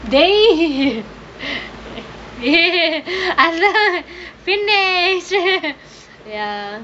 dey அதான் பின்னே:athaan pinnae ya